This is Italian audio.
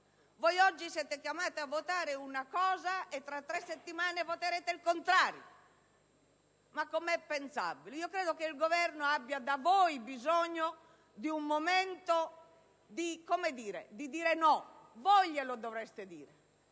Voi oggi siete chiamati a votare una cosa e tra tre settimane voterete il contrario. Ma come è pensabile? Credo che il Governo abbia bisogno che per un momento voi diciate no. Siete voi che dovreste dirlo.